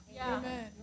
Amen